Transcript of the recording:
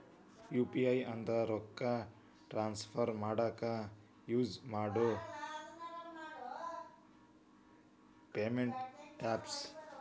UPI ಅಂದ್ರ ರೊಕ್ಕಾ transfer ಮಾಡಾಕ ಯುಸ್ ಮಾಡೋ ಪೇಮೆಂಟ್ ಆಪ್ಸ್